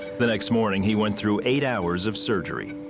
the next morning he went through eight hours of surgery.